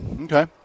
Okay